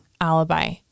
alibi